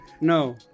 no